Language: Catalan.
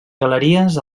galeries